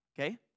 Okay